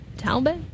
Talbot